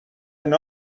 and